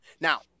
Now